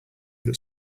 that